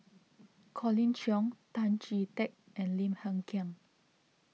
Colin Cheong Tan Chee Teck and Lim Hng Kiang